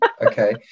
okay